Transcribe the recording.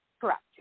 Correct